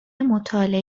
مطالعه